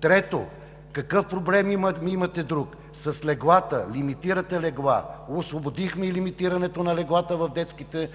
Трето, какъв друг проблем имате? С леглата – лимитирате леглата. Освободихме лимитирането на леглата в детските